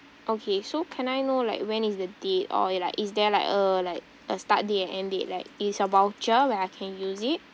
okay so can I know like when is the date or like is there like a like a start date and end date like it's a voucher where I can use it